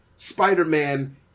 Spider-Man